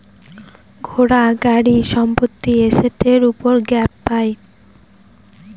ঘোড়া, গাড়ি, সম্পত্তি এসেটের উপর গ্যাপ পাই